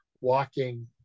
walking